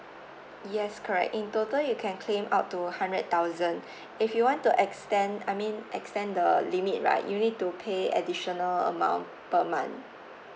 yes correct in total you can claim up to hundred thousand if you want to extend I mean extend the limit right you need to pay additional amount per month